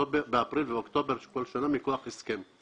באפריל ובאוקטובר של כל שנה, מכוח הסכם.